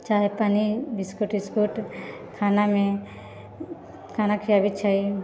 चाय पानि biscuit biscuit खानामे खाना खियाबै छै